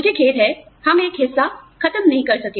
मुझे खेद है हम एक हिस्सा खत्म नहीं कर सके